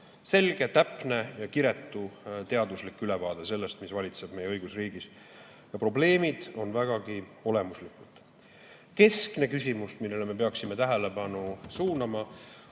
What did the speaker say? selge, täpne ja kiretu teaduslik ülevaade sellest, mis valitseb meie õigusriigis. Probleemid on vägagi olemuslikud. Keskne küsimus, millele me peaksime tähelepanu suunama,